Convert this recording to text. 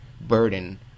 burden